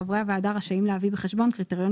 חברי הוועדה רשאים להביא בחשבון קריטריונים